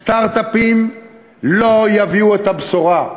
סטרט-אפים לא יביאו את הבשורה.